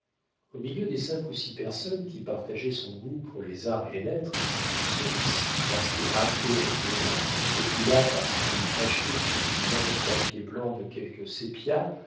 au milieu des cinq ou six personnes qui partageaient son goût pour les arts et les lettres celui-ci parce qu'il raclait un violon celui-là parce qu'il tachait plus ou moins le papier blanc de quelque